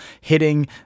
hitting